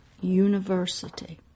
University